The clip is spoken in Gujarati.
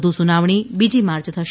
વધુ સુનાવણી બીજી માર્ચે થશે